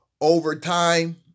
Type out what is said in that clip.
overtime